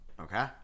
Okay